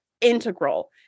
integral